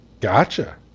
Gotcha